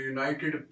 United